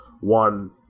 one